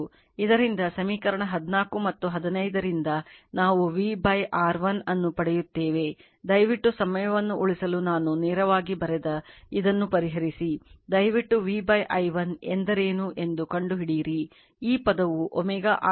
ಆದ್ದರಿಂದ ಸಮೀಕರಣ 14 ಮತ್ತು 15 ರಿಂದ ನಾವು V R1 ಅನ್ನು ಪಡೆಯುತ್ತೇವೆ ದಯವಿಟ್ಟು ಸಮಯವನ್ನು ಉಳಿಸಲು ನಾನು ನೇರವಾಗಿ ಬರೆದ ಇದನ್ನು ಪರಿಹರಿಸಿ ದಯವಿಟ್ಟು v i1 ಎಂದರೇನು ಎಂದು ಕಂಡುಹಿಡಿಯಿರ